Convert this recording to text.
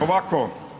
Ovako.